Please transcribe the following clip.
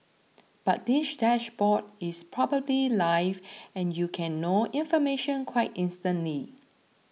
but this dashboard is probably live and you can know information quite instantly